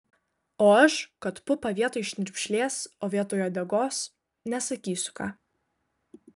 o aš kad pupą vietoj šnirpšlės o vietoj uodegos nesakysiu ką